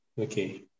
okay